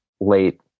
late